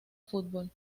fútbol